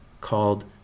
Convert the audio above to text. called